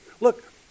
Look